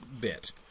bit